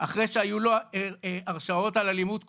אחרי שהיו לו הרשעות על אלימות קודמות,